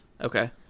okay